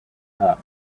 top